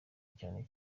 cyane